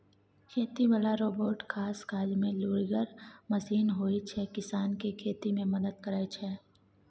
खेती बला रोबोट खास काजमे लुरिगर मशीन होइ छै किसानकेँ खेती मे मदद करय छै